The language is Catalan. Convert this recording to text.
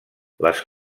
les